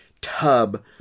tub